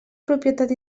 propietat